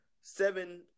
seven